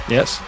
Yes